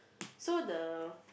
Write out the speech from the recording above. so the